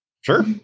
Sure